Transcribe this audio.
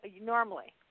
normally